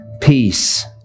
peace